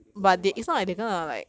truly relatable what a president